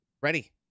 ready